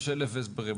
יש אלף הסברים,